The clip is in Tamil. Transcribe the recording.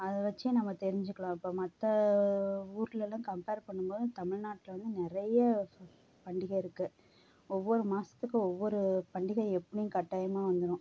அதை வெச்சே நம்ம தெரிஞ்சுக்கலாம் இப்போ மற்ற ஊர்லெலாம் கம்பேர் பண்ணும்போது தமிழ்நாட்டில் வந்து நிறைய பண்டிகை இருக்குது ஒவ்வொரு மாதத்துக்கு ஒவ்வொரு பண்டிகை எப்படியும் கட்டாயமாக வந்துடும்